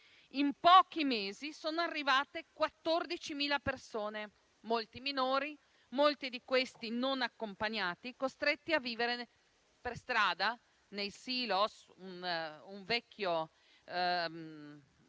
in pochi mesi sono arrivate 14.000 persone, molti minori, diversi dei quali non accompagnati, costretti a vivere per strada, nei silos, un vecchio